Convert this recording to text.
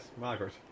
Margaret